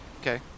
Okay